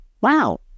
wow